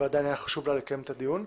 אבל עדיין היה חשוב לה לקיים את הדיון,